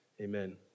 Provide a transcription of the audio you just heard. Amen